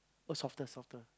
oh softer softer